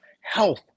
Health